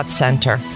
center